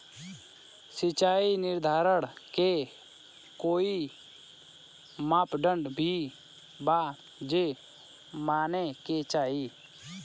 सिचाई निर्धारण के कोई मापदंड भी बा जे माने के चाही?